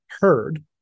heard